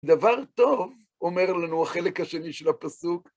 דבר טוב, אומר לנו החלק השני של הפסוק.